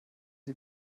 sie